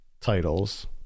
titles